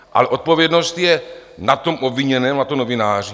Ale odpovědnost je na tom obviněném, na tom novináři?